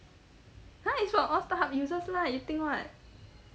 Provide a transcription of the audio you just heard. !huh! it's for all Starhub users lah you think [what]